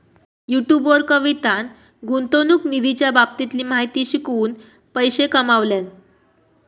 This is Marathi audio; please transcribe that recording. युट्युब वर कवितान गुंतवणूक निधीच्या बाबतीतली माहिती शिकवून पैशे कमावल्यान